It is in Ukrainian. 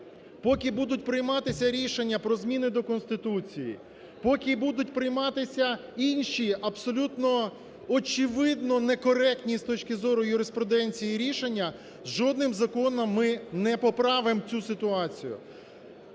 поки будуть прийматися рішення про зміни до Конституції, поки будуть прийматися інші абсолютно, очевидно, некоректні, з точки зору юриспруденції, рішення, жодним законом ми не поправимо цю ситуацію.